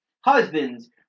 Husbands